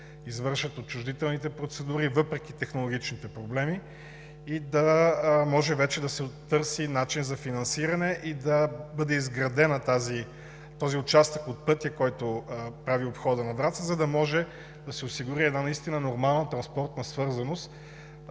извършат отчуждителните процедури, въпреки технологичните проблеми, и да може вече да се търси начин за финансиране и да бъде изграден този участък от пътя, който прави обхода на Враца, за да може да се осигури една наистина нормална транспортна свързаност